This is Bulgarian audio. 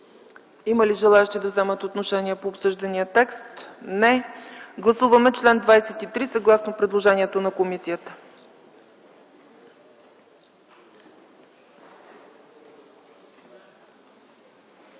Има ли желаещи да вземат отношение по обсъждания текст? Не. Гласуваме чл. 23 съгласно предложението на комисията.